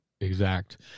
exact